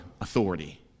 authority